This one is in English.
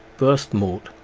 burst mode.